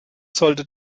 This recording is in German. sollte